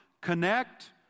connect